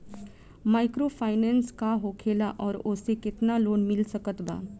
Microfinance का होखेला और ओसे केतना लोन मिल सकत बा?